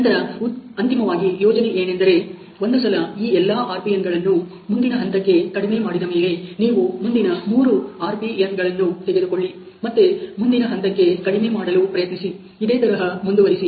ನಂತರ ಮತ್ತು ಅಂತಿಮವಾಗಿ ಯೋಜನೆ ಏನೆಂದರೆ ಒಂದು ಸಲ ಈ ಎಲ್ಲಾ RPN ಗಳನ್ನು ಮುಂದಿನ ಹಂತಕ್ಕೆ ಕಡಿಮೆ ಮಾಡಿದ ಮೇಲೆ ನೀವು ಮುಂದಿನ ಮೂರು RPN ಗಳನ್ನು ತೆಗೆದುಕೊಳ್ಳಿ ಮತ್ತೆ ಮುಂದಿನ ಹಂತಕ್ಕೆ ಕಡಿಮೆ ಮಾಡಲು ಪ್ರಯತ್ನಿಸಿ ಇದೇ ತರಹ ಮುಂದುವರಿಸಿ